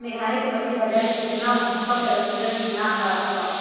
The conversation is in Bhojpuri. मेघालय के मछली बाजार में एतना महकत रलीसन की नाक ना राखल जाओ